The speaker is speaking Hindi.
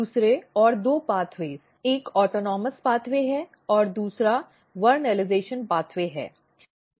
दूसरे और दो रास्ते एक ऑटॉनमस पैथ्वे है और दूसरा वेरनलिज़शन पैथ्वे है